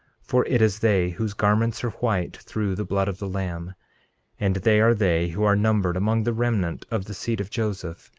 for it is they whose garments are white through the blood of the lamb and they are they who are numbered among the remnant of the seed of joseph,